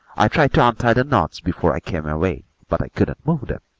i tried to untie the knots before i came away, but i couldn't move them.